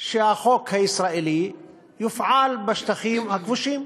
שהחוק הישראלי יופעל בשטחים הכבושים.